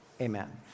Amen